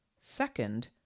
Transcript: second